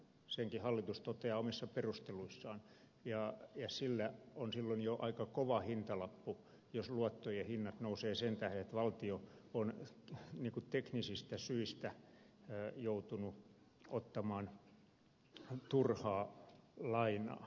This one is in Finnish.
senkin hallitus toteaa omissa perusteluissaan ja sillä on silloin jo aika kova hintalappu jos luottojen hinnat nousevat sen tähden että valtio on teknisistä syistä joutunut ottamaan turhaa lainaa